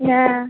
না